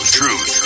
truth